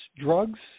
drugs